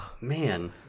Man